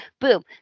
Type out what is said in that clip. Boom